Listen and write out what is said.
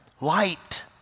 light